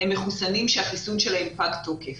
הם מחוסנים שהחיסון שלהם פג תוקף.